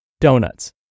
Donuts